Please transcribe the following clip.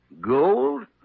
Gold